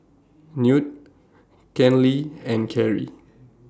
Newt Kenley and Kerrie